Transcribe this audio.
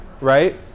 right